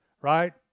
right